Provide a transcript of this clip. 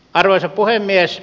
arvoisa puhemies